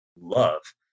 love